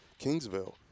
Kingsville